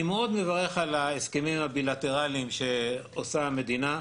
אני מאוד מברך על ההסכמים הבילטרליים שעושה המדינה.